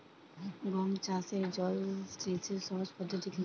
গম চাষে জল সেচের সহজ পদ্ধতি কি?